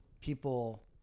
people